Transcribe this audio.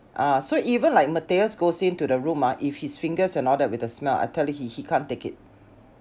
ah so even like matthias goes in to the room ah if his fingers and all that with the smile I tell you he he can't take it